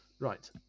right